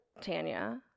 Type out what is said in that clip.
Tanya